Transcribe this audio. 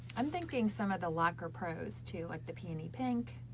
i'm thinking some of the lacquer pros too, like the peony pink.